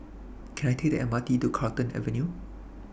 Can I Take The MRT to Carlton Avenue